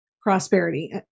prosperity